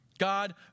God